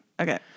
Okay